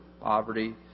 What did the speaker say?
poverty